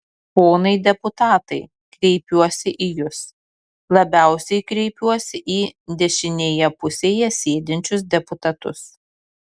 ponai deputatai kreipiuosi į jus labiausiai kreipiuosi į dešinėje pusėje sėdinčius deputatus